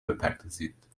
بپردازید